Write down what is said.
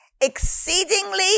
exceedingly